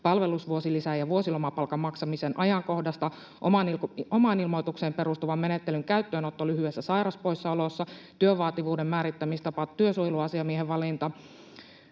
palvelusvuosilisän ja vuosilomapalkan maksamisen ajankohdasta. Ja muun muassa omaan ilmoitukseen perustuvan menettelyn käyttöönotto lyhyessä sairauspoissaolossa, työn vaativuuden määrittämistapa, työsuojeluasiamiehen valinta,